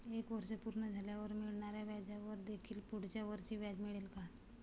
एक वर्ष पूर्ण झाल्यावर मिळणाऱ्या व्याजावर देखील पुढच्या वर्षी व्याज मिळेल का?